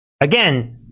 Again